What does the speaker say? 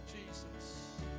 Jesus